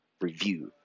Review